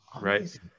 right